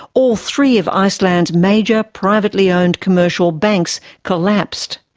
all three of iceland's major privately owned commercial banks collapsed.